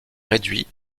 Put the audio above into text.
réduit